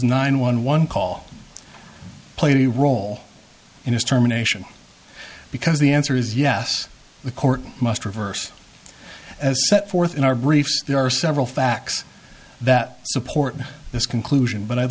nine one one call played a role in his terminations because the answer is yes the court must reverse as set forth in our briefs there are several facts that support this conclusion but i'd